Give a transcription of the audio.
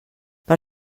per